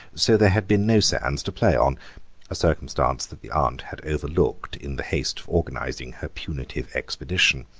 so there had been no sands to play on a circumstance that the aunt had overlooked in the haste of organising her punitive expedition.